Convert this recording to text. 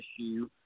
issue